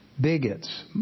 bigots